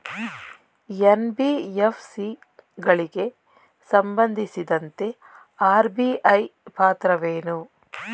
NBFC ಗಳಿಗೆ ಸಂಬಂಧಿಸಿದಂತೆ RBI ಪಾತ್ರವೇನು?